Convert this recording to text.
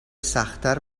سختتر